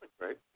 great